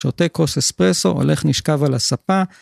שותה כוס אספרסו, הולך, נשכב על הספה.